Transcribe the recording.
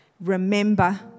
Remember